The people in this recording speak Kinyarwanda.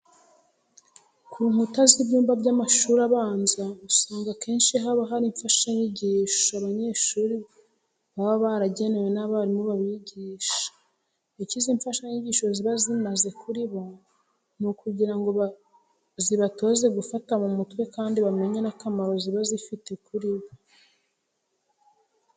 Ku nkuta z'ibyumba by'amashuri abanza usanga akenshi haba hariho imfashanyigisho, abanyeshuri baba baragenewe n'abarimu babigisha. Icyo izi mfashanyigisho ziba zimaze kuri bo, ni ukugira ngo zibatoze gufata mu mutwe kandi bamenye n'akamaro ziba zifite kuri bo.